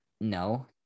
No